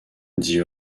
dit